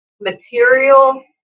material